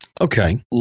Okay